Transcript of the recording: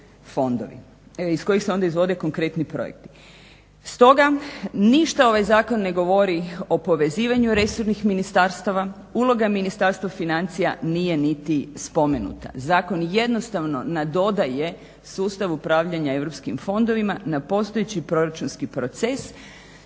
iz kojih se onda izvode konkretni projekti. Stoga, ništa ovaj zakon ne govori o povezivanju resornih ministarstava, uloga Ministarstva financija nije niti spomenuta. Zakon jednostavno nadodaje sustav upravljanja europskim fondovima na postojeći proračunski proces